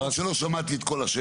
לא, טוב שלא שמעתי את כל השאלה.